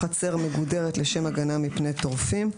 החצר מגודרת לשם הגנה מפני טורפים.